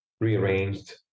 rearranged